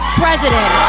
president